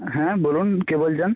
হ্যাঁ বলুন কে বলছেন